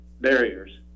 barriers